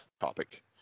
topic